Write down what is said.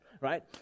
right